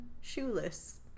shoeless